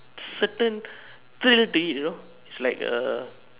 certain thrill to it you know is like a